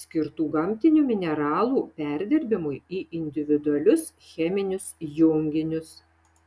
skirtų gamtinių mineralų perdirbimui į individualius cheminius junginius